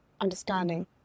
understanding